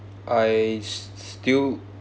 I s~ still